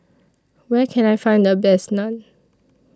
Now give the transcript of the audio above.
Where Can I Find The Best Naan